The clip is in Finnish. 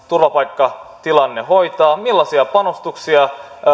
turvapaikkatilanne hoitaa millaisia panostuksia